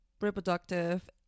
reproductive